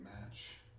match